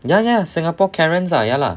ya ya singapore karens ah ya lah